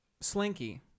slinky